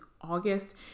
august